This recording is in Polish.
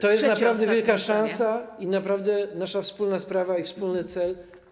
To jest naprawdę wielka szansa i naprawdę nasza wspólna sprawa i wspólny cel.